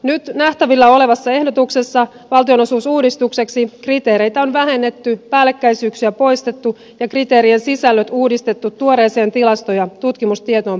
nyt nähtävillä olevassa ehdotuksessa valtionosuusuudistukseksi kriteereitä on vähennetty päällekkäisyyksiä poistettu ja kriteerien sisällöt uudistettu tuoreeseen tilasto ja tutkimustietoon pohjautuen